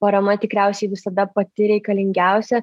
parama tikriausiai visada pati reikalingiausia